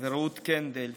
רעות קנדל.